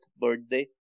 birthday